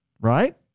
Right